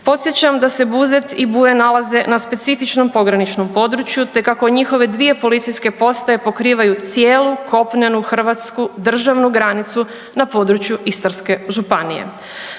Podsjećam da se Buzet i Buje nalaze na specifičnom pograničnom području te kako njihove dvije policijske postaje pokrivaju cijelu kopnenu hrvatsku državnu granicu na području Istarske županije.